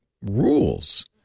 rules